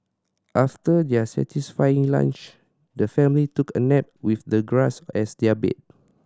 after their satisfying lunch the family took a nap with the grass as their bed